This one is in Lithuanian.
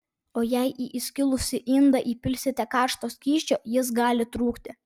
o jei į įskilusį indą įpilsite karšto skysčio jis gali trūkti